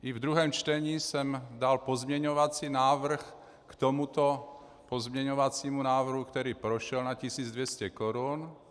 I v druhém čtení jsem dal pozměňovací návrh k tomuto pozměňovacímu návrhu, který prošel, na 1 200 korun.